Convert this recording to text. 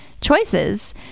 choices